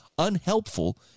unhelpful